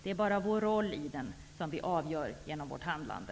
Det är bara vår roll i den som vi avgör genom vårt handlande.